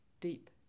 deep